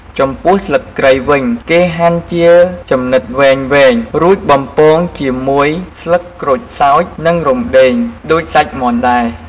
ចំពោះស្លឹកគ្រៃវិញគេហាន់ជាចំណិតវែងៗរួចបំពងជាមួយស្លឹកក្រូចសើច និងរំដេងដូចសាច់មាន់ដែរ។